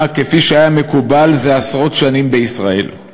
כפי שהיה מקובל זה עשרות שנים בישראל";